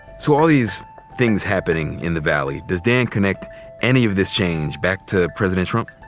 so all these things happening in the valley, does dan connect any of this change back to president trump?